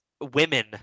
women